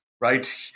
right